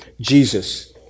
Jesus